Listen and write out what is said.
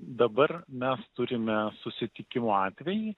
dabar mes turime susitikimų atvejį